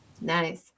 Nice